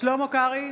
שלמה קרעי,